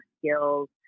skills